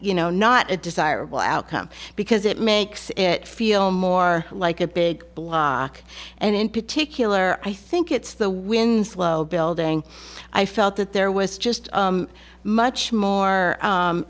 you know not a desirable outcome because it makes it feel more like a big block and in particular i think it's the winslow building i felt that there was just much more